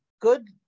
good